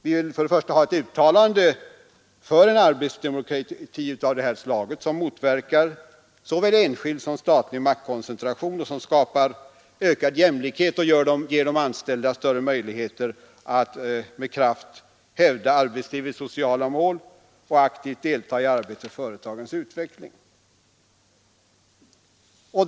Vi vill för det första ha ett uttalande för en arbetsdemokrati som motverkar såväl enskild som statlig maktkoncentration, som skapar ökad jämlikhet samt ger de anställda större möjligheter att med kraft hävda arbetslivets sociala mål och aktivt delta i arbetet för företagets utveckling.